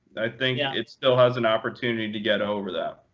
think yeah it still has an opportunity to get over that.